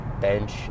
bench